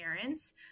parents